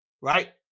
right